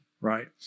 right